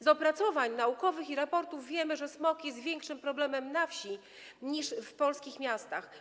Z opracowań naukowych i raportów wiemy, że smog jest większym problemem na wsi niż w polskich miastach.